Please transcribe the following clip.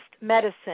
medicine